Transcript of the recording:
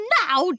now